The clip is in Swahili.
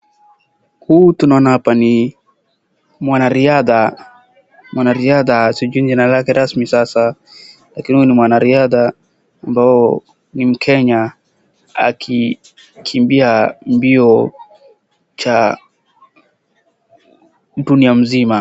Huyu tunaona hapa ni mwanariadha, mwanariadha sijui jina lake rasmi sasa, lakini ni mwanariadha ambaye ni mkenya akikimbia mbio za dunia mzima.